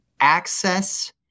access